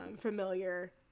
familiar